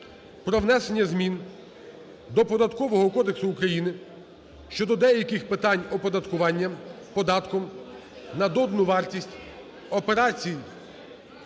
про внесення змін до Податкового кодексу України щодо деяких питань оподаткування податком на додану вартість операцій